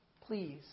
please